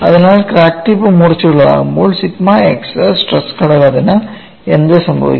അതിനാൽ crack tip മൂർച്ചയുള്ളപ്പോൾസിഗ്മ X stress ഘടകത്തിന് എന്ത് സംഭവിക്കും